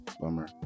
bummer